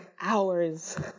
hours